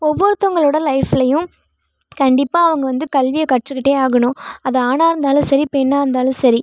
ஒவ்வொருத்தவங்களோட லைஃப்லேயும் கண்டிப்பாக அவங்க வந்து கல்வியை கற்றுக்கிட்டே ஆகணும் அது ஆணாக இருந்தாலும் சரி பெண்ணாக இருந்தாலும் சரி